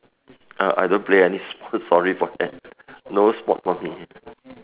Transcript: uh I don't play any sport sorry for that no sport for me